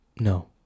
no